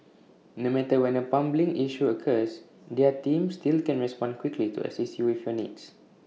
no matter when A plumbing issue occurs their team still can respond quickly to assist you with your needs